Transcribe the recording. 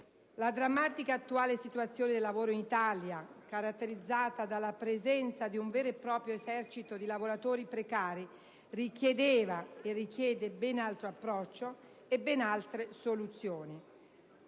La drammatica attuale situazione del lavoro in Italia, caratterizzata dalla presenza dì un vero e proprio esercito di lavoratori precari, richiedeva e richiede ben altro approccio e ben altre soluzioni.